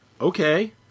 okay